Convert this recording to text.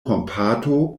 kompato